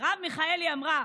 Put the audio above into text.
מרב מיכאלי אמרה: